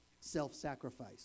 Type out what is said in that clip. self-sacrifice